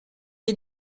est